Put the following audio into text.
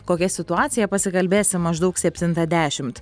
kokia situacija pasikalbėsim maždaug septintą dešimt